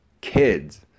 Kids